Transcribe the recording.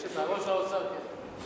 לצערו של האוצר, כן.